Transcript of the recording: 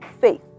faith